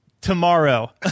tomorrow